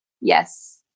Yes